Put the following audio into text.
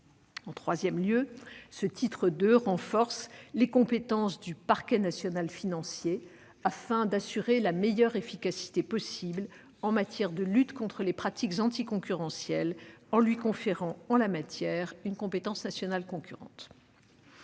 En troisième lieu, ce même titre II renforce les compétences du parquet national financier afin d'assurer la meilleure efficacité possible en matière de lutte contre les pratiques anticoncurrentielles, en lui conférant, en la matière, une compétence nationale concurrente.